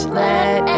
let